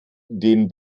den